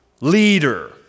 leader